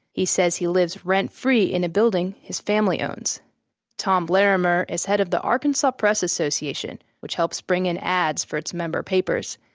he said he lives rent free in a building his family owns tom larimer is head of the arkansas press association, which helps bring in ads for its member papers.